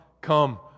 Come